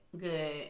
good